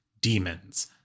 demons